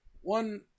one